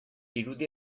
irudi